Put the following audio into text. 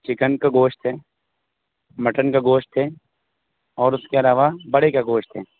chicken کا گوشت ہے مٹن کا گوشت ہے اور اس کے علاوہ بڑے کا گوشت ہے